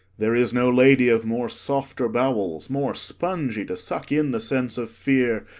there is no lady of more softer bowels, more spongy to suck in the sense of fear,